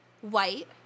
White